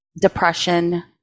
depression